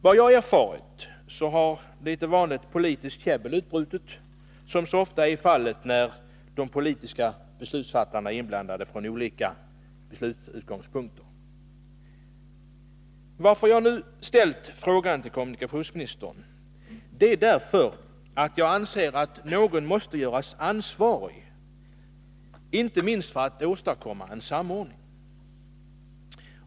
Vad jag erfarit har det vanliga politiska käbblet utbrutit, som så ofta är fallet när olika politiska beslutsfattare är inblandade. Att jag nu ställt frågan till kommunikationsministern beror på att jag anser att någon måste göras ansvarig, inte minst för att åstadkomma en samordning.